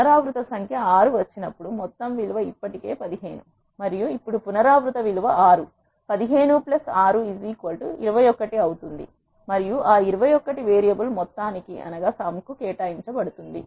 పునరావృత సంఖ్య 6 వచ్చినప్పుడు మొత్తం విలువ ఇప్పటికే 15 మరియు ఇప్పుడు పునరావృత విలువ 6 15 6 21 అవుతుంది మరియు ఆ 21 వేరియబుల్ మొత్తానికి కేటాయించబడుతుంది